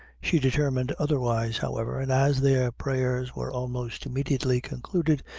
she determined otherwise, however, and as their prayers were almost immediately concluded,